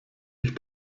ich